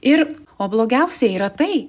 ir o blogiausia yra tai